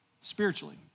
Spiritually